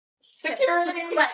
Security